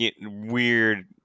weird